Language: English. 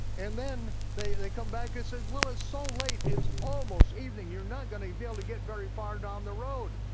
and then they they come back and say, well it's so late, it's almost evening, you're not gonna be able to get very far down the road,